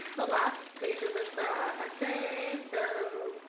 the last page of this ah essay. so